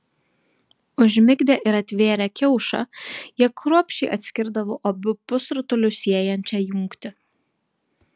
užmigdę ir atvėrę kiaušą jie kruopščiai atskirdavo abu pusrutulius siejančią jungtį